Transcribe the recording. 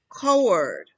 coward